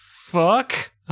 fuck